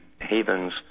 havens